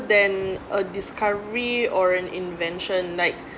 than a discovery or an invention like